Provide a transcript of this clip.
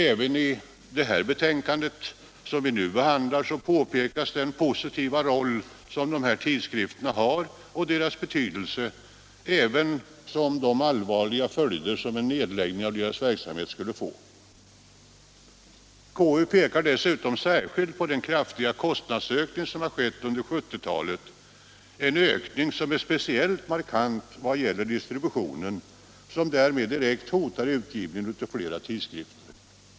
Även i det betänkande som vi nu behandlar påpekas den positiva roll och den betydelse som dessa tidskrifter har, ävensom de allvarliga följder som en nedläggning av deras verksamhet skulle få. Konstitutionsutskottet pekar dessutom särskilt på den kraftiga kostnadsökning som har skett under 1970-talet — en ökning som är speciellt markant vad gäller distributionen och som därmed direkt hotar utgivningen av flera tidskrifter.